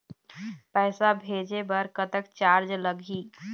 पैसा भेजे बर कतक चार्ज लगही?